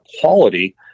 quality